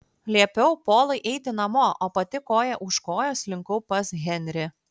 liepiau polui eiti namo o pati koja už kojos slinkau pas henrį